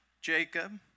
Jacob